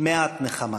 מעט נחמה.